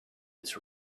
its